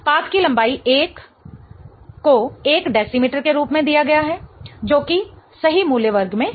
path की लंबाई l को 1 डेसीमीटर के रूप में दिया गया है जो कि सही मूल्यवर्ग में है